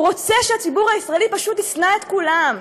הוא רוצה שהציבור הישראלי פשוט ישנא את כולם,